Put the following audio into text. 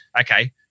Okay